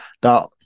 da